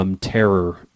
Terror